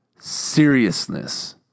seriousness